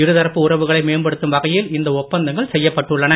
இருதரப்பு உறவுகளை மேம்படுத்தும் வகையில் இந்த ஒப்பந்தங்கள் செய்யப்பட்டுள்ளன